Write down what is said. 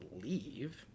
leave